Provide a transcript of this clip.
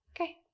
Okay